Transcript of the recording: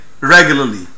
regularly